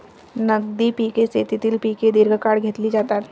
नगदी पिके शेतीतील पिके दीर्घकाळ घेतली जातात